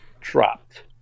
dropped